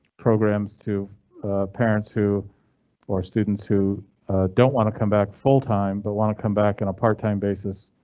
programs to parents who or students who don't want to come back full time but want to come back in a part time basis.